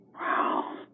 Wow